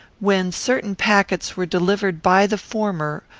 when certain packets were delivered by the former,